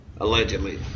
Allegedly